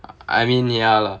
I I mean ya lah